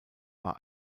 war